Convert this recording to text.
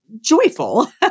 joyful